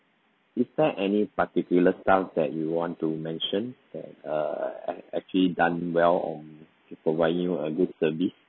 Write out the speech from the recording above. is there any particular staff that you want to mention that uh ac~ actually done well on to providing you a good service